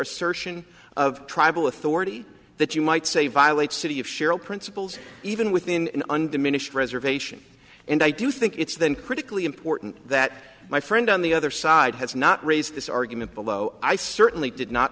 assertion of tribal authority that you might say violate city of cheryl principles even within undiminished reservation and i do think it's then critically important that my friend on the other side has not raised this argument below i certainly did not